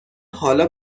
حالا